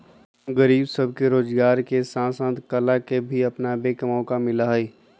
गरीब सब के रोजगार के साथ साथ कला के भी अपनावे के मौका मिला हई